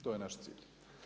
To je naš cilj.